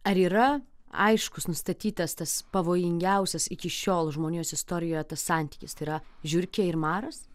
ar yra aiškus nustatytas tas pavojingiausias iki šiol žmonijos istorijoje tas santykis tai yra žiurkė ir maras